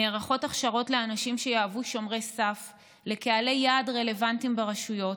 נערכות הכשרות לאנשים שיהוו שומרי סף לקהלי יעד רלוונטיים ברשויות,